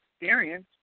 experience